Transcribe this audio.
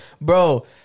bro